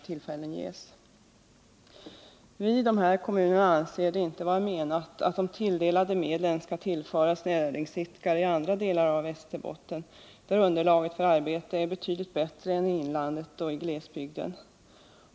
Vi som bor i dessa kommuner anser det inte vara meningen att de tilldelade medlen skall tillföras näringsidkare i andra delar av Västerbotten, där underlaget för arbete är betydligt bättre än i inlandet och i glesbygden.